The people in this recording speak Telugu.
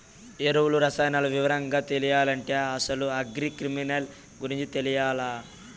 ఎరువులు, రసాయనాలు వివరంగా తెలియాలంటే అసలు అగ్రి కెమికల్ గురించి తెలియాల్ల